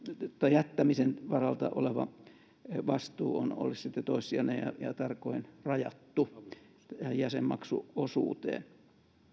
jättämisen varalta oleva vastuu olisi toissijainen ja ja tarkoin rajattu jäsenmaksuosuuteen